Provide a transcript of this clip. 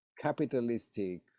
capitalistic